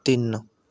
ਤਿੰਨ